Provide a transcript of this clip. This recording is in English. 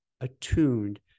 attuned